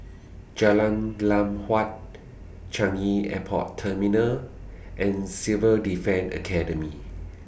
Jalan Lam Huat Changi Airport Terminal and Civil Defence Academy